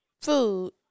food